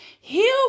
heal